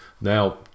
now